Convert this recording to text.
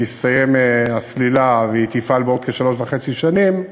כשתסתיים הסלילה והיא תפעל, בעוד כשלוש וחצי שנים,